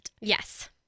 Yes